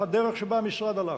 הדרך שבה המשרד הלך.